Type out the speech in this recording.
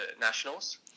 nationals